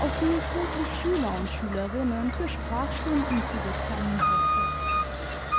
auf die ich wirklich schüler und schülerinnen für sprachstunden zu bekommen hoffe